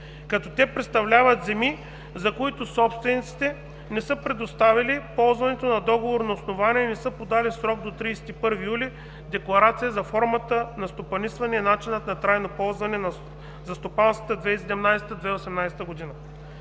като те представляват земи, за които собствениците не са предоставили ползването на договорно основание и не са подали в срок до 31 юли декларация за формата на стопанисване и начина на трайно ползване за стопанската 2017/2018 г.